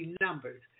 numbers